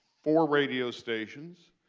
four radio stations,